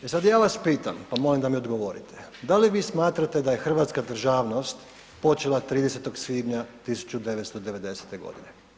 E sad ja vas pitam, pa molim da mi odgovorite, da li vi smatrate da je hrvatska državnost počela 30. svibnja 1990. godine?